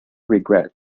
regret